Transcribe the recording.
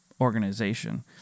organization